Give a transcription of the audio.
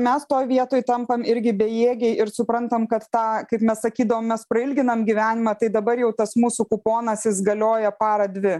mes toj vietoj tampam irgi bejėgiai ir suprantam kad tą kaip mes sakydavom mes prailginam gyvenimą tai dabar jau tas mūsų kuponas jis galioja parą dvi